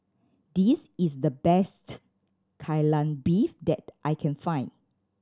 this is the best Kai Lan Beef that I can find